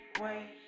wait